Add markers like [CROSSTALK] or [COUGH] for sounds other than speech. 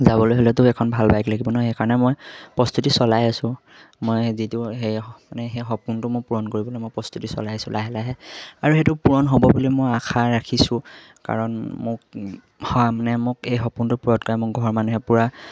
যাবলৈ হ'লেতো এখন ভাল বাইক লাগিব ন সেইকাৰণে মই প্ৰস্তুতি চলাই আছোঁ মই যিটো সেই মানে সেই সপোনটো মোৰ পূৰণ কৰিবলৈ মই প্ৰস্তুতি চলাইছোঁ লাহে লাহে আৰু সেইটো পূৰণ হ'ব বুলি মই আশা ৰাখিছোঁ কাৰণ মোক হা মানে মোক এই সপোনটো [UNINTELLIGIBLE] মোক ঘৰৰ মানুহে পুৰা